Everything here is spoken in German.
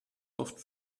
oft